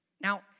Now